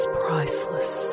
priceless